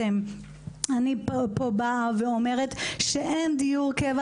אני באה לפה ואומרת שאין דיור קבע